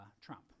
Trump